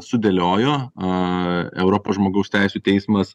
sudėliojo a europos žmogaus teisių teismas